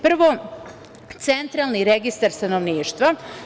Prvo, Centralni registar stanovništva.